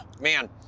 man